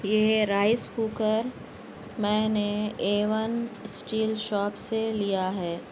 یہ rice cooker میں نے اے ون اسٹیل شاپ سے لیا ہے